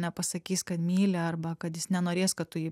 nepasakys kad myli arba kad jis nenorės kad tu jį